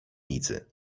nicy